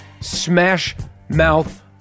smash-mouth